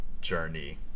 journey